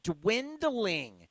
dwindling